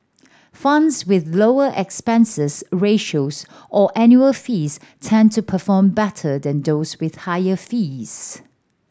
funds with lower expenses ratios or annual fees tend to perform better than those with higher fees